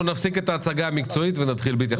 נפסיק את ההצגה המקצועית ונתחיל בהתייחסות של חברי הכנסת?